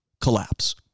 collapse